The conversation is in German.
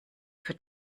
für